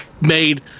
made